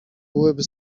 byłyby